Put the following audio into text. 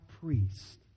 priest